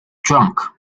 drunk